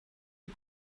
you